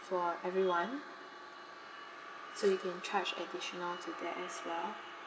for everyone so you can charge additional to that as well